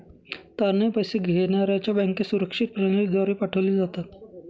तारणे पैसे घेण्याऱ्याच्या बँकेत सुरक्षित प्रणालीद्वारे पाठवले जातात